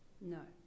No